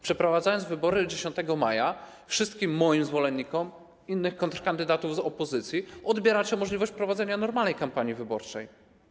Przeprowadzając wybory 10 maja, wszystkim moim zwolennikom i zwolennikom innych kontrkandydatów z opozycji odbieracie możliwość prowadzenia normalnej kampanii wyborczej.